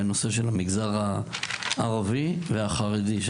בנושא של המגזר הערבי והחרדי,